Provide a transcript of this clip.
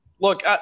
Look